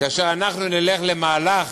כאשר נלך למהלך